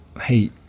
hey